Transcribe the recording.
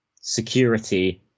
security